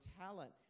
talent